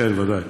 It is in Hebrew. כן, ודאי.